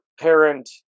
parent